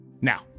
now